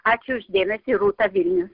ačiū už dėmesį rūta vilnius